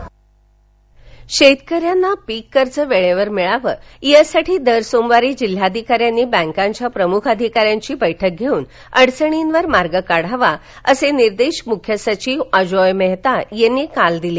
कृषीकर्ज शेतकऱ्यांना पीक कर्ज वेळेवर मिळावं यासाठी दर सोमवारी जिल्हाधिकाऱ्यांनी बॅकांच्या प्रमुख अधिकाऱ्यांची बैठक घेऊन अडचणींवर मार्ग काढावा असे निर्देश मुख्य सचिव अजॉय मेहता यांनी काल दिले